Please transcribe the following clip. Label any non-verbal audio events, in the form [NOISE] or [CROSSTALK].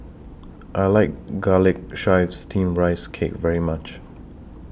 I like Garlic Chives Steamed Rice [NOISE] Cake very much